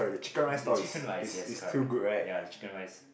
the chicken rice yes correct ya the chicken rice